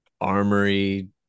armory